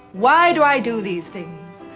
why do i do these things?